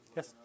Yes